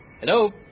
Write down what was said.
Hello